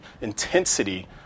intensity